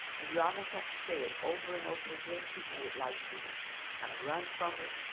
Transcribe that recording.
and you almost have to say it over and over again. people would like to kind of run from it.